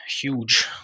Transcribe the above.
huge